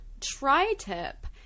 tri-tip